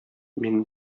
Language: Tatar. мин